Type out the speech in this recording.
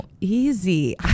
Easy